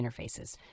interfaces